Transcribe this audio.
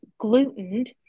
glutened